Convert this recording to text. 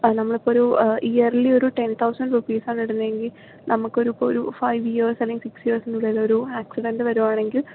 നമ്മൾ ഇപ്പോൾ ഒരു ഇയർലി ഒരു ടെൺ തൗസന്റ് റുപ്പീസ് ആണ് ഇടുന്നതെങ്കിൽ നമുക്കൊരു ഇപ്പോൾ ഒരു ഫൈവ് ഇയേഴ്സ് അല്ലെങ്കിൽ സിക്സ് ഇയേഴ്സിനുള്ളിൽ ഒരു ആക്സിഡന്റ് വരികയാണെങ്കിൽ